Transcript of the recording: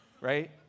right